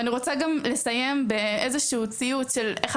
ואני רוצה גם לסיים באיזה שהוא ציוץ של אחד